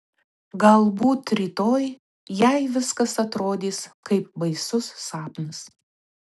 galbūt rytoj jai viskas atrodys kaip baisus sapnas